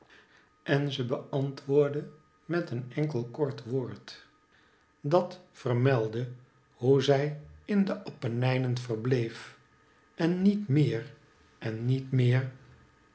en ze beantwoordde met een enkel kort woord dat vermeldde hoe zij in de appenijnen verbleef en niet meer en niet meer